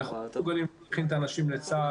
אנחנו לא מסוגלים להכין את האנשים לצה"ל,